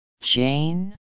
jane